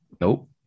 Nope